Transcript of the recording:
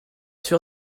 sûr